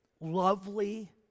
lovely